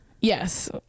Yes